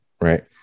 right